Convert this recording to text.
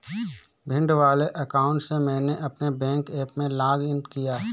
भिंड वाले अकाउंट से मैंने अपने बैंक ऐप में लॉग इन किया